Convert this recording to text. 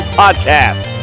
podcast